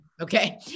Okay